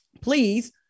Please